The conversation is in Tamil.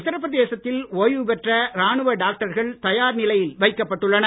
உத்தரபிரதேசத்தில் ஓய்வுபெற்ற ராணுவ டாக்டர்கள் தயார் நிலையில் வைக்கப்பட்டுள்ளனர்